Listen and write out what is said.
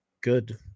good